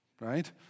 right